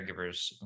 caregivers